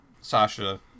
Sasha